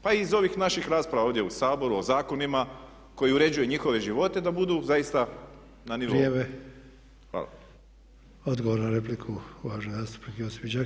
Pa i iz ovih naših rasprava ovdje u Saboru o zakonima koji uređuju njihove živote da budu zaista na nivou.